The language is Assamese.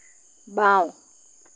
বাঁও